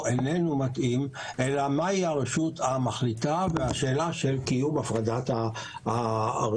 איננו מתאים אלא מהי הרשות המחליטה והשאלה של קיום הפרדת הרשויות.